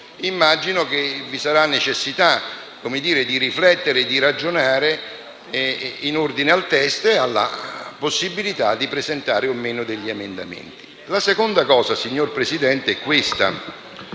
proposta - vi sarà necessità di riflettere e ragionare in ordine al testo e alla possibilità di presentare o meno subemendamenti.